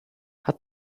hat